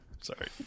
Sorry